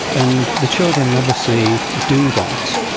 and the children obviously do that.